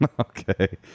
okay